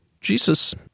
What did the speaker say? Jesus